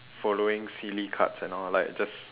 following silly cards and all like just